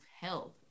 health